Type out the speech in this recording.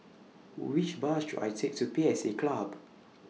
Which Bus should I Take to P S A Club